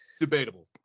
Debatable